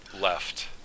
left